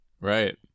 Right